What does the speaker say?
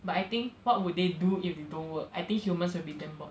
but I think what would they do if you don't work I think humans would be damn bored